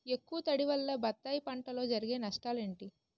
ఎక్కువ తడి వల్ల బత్తాయి పంటలో జరిగే నష్టాలేంటి?